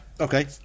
Okay